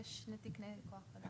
ושני תקני כוח אדם.